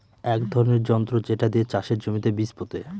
এক ধরনের যন্ত্র যেটা দিয়ে চাষের জমিতে বীজ পোতে